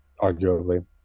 Arguably